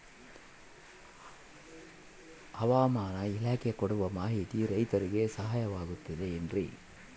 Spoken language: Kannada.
ಹವಮಾನ ಇಲಾಖೆ ಕೊಡುವ ಮಾಹಿತಿ ರೈತರಿಗೆ ಸಹಾಯವಾಗುತ್ತದೆ ಏನ್ರಿ?